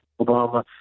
Obama